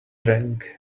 drank